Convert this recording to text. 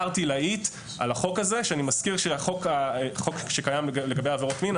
ערטילאית על החוק שקיים לגבי עבירות מין.